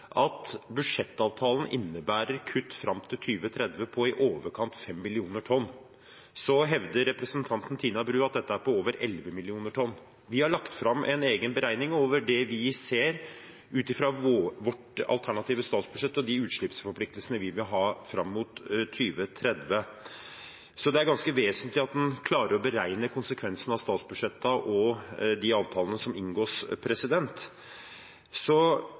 at budsjettavtalen innebærer kutt fram til 2030 på i overkant av 5 millioner tonn. Så hevder representanten Tina Bru at dette er på over 11 millioner tonn. Vi har lagt fram en egen beregning over det vi ser ut fra vårt alternative statsbudsjett og de utslippsforpliktelsene vi vil ha fram mot 2030. Det er ganske vesentlig at en klarer å beregne konsekvensen av statsbudsjettene og de avtalene som inngås.